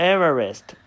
Everest